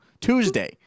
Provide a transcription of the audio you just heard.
Tuesday